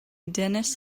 dennis